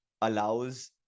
allows